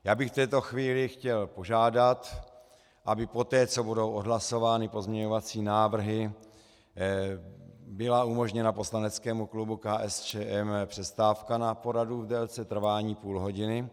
Já bych v této chvíli chtěl požádat, aby poté, co budou odhlasovány pozměňovací návrhy, byla umožněna poslaneckému klubu KSČM přestávka na poradu v délce trvání půl hodiny.